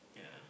yeah